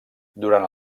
durant